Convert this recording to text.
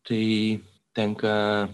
tai tenka